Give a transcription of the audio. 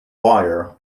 wire